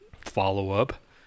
follow-up